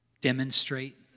demonstrate